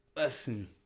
Listen